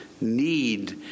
need